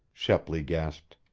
shepley gasped.